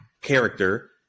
character